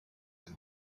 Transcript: have